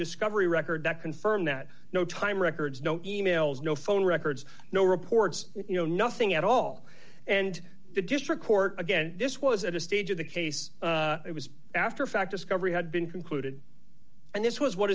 discovery record that confirmed that no time records no e mails no phone records no reports you know nothing at all and the district court again this was at a stage of the case it was after fact discovery had been concluded and this was what